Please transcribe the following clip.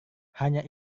hanya